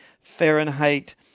Fahrenheit